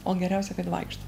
o geriausia kad vaikšto